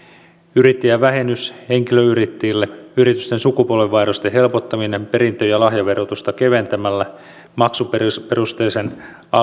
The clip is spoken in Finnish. yrittäjävähennys henkilöyrittäjille yritysten sukupolvenvaihdosten helpottaminen perintö ja lahjaverotusta keventämällä maksuperusteisen